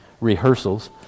rehearsals